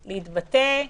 להתבטא.